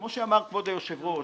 כמו שאמר כבוד היושב-ראש,